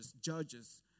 judge's